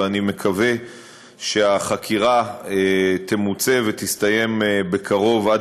ואני מקווה שהחקירה תמוצה עד תומה ותסתיים בקרוב.